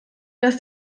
das